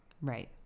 Right